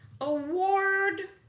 award